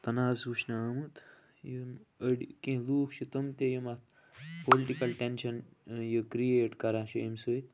تَناز وُچھنہٕ آمُت یِم أڑۍ کیٚنٛہہ لُکھ چھِ تِم تہِ یِم اَتھ پُلٹِکَل ٹٮ۪نشَن یہِ کِریٹ کَران چھِ امہِ سۭتۍ